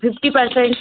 fifty percent